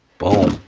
boom.